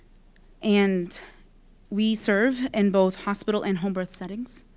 and we serve in both hospital and home birth settings.